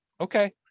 okay